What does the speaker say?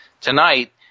tonight